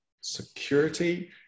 Security